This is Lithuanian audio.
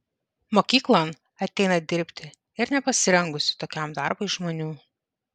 mokyklon ateina dirbti ir nepasirengusių tokiam darbui žmonių